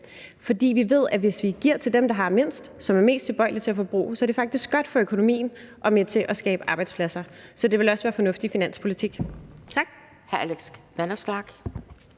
For vi ved, at det, hvis vi giver til dem, der har mindst, som er mest tilbøjelige til at forbruge, så faktisk er godt for økonomien og er med til at skabe arbejdspladser. Så det vil også være fornuftig finanspolitik.